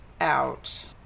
out